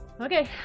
Okay